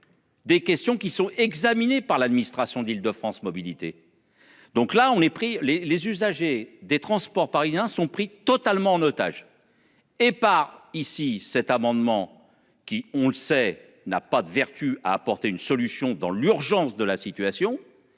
Des questions qui sont examinés par l'administration d'Île-de-France mobilités. Donc là on est pris les les usagers des transports parisiens sont pris totalement en otage. Et par ici. Cet amendement qui, on le sait, n'a pas de vertu à apporter une solution dans l'urgence de la situation